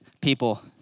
people